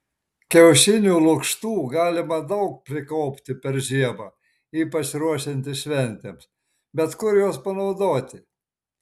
kiaušinių lukštų galima daug prikaupti per žiemą ypač ruošiantis šventėms bet kur juos panaudoti